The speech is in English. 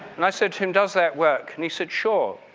and i said to him, does that work? and he said sure,